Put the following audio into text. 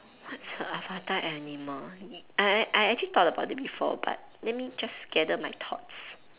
the avatar animal I I I actually thought about it before but let me just gather my thoughts